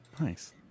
Nice